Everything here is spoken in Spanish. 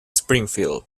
springfield